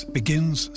begins